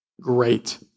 great